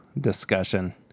discussion